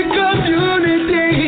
community